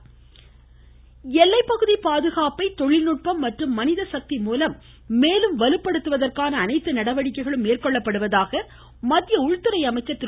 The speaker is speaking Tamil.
அமீத்ஷா எல்லைப்பகுதி பாதுகாப்பை தொழில்நுட்பம் மற்றும் மனித சக்தி மூலம் மேலும் வலுப்படுத்துவதற்கான அனைத்து நடவடிக்கைகளும் மேற்கொள்ளப்படுவதாக மத்திய உள்துறை அமைச்சர் திரு